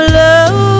love